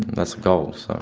that's a goal. so